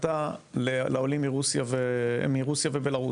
מבחינתה לעולים מרוסיה ובלרוס.